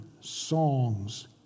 songs